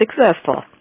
successful